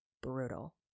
brutal